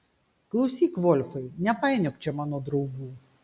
klausyk volfai nepainiok čia mano draugų